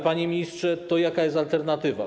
Panie ministrze, to jaka jest tu alternatywa?